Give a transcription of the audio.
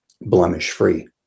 blemish-free